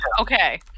Okay